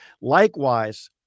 Likewise